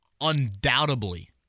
undoubtedly